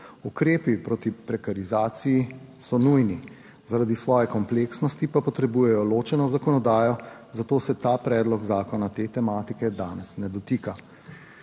Ukrepi proti prekarizaciji so nujni, zaradi svoje kompleksnosti pa potrebujejo ločeno zakonodajo, zato se ta predlog zakona te tematike danes ne dotika.